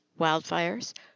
wildfires